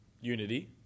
Unity